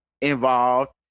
involved